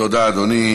תודה, אדוני.